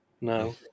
No